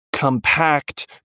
compact